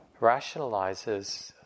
rationalizes